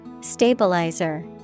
Stabilizer